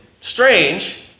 strange